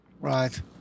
right